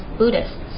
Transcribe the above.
buddhists